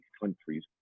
countries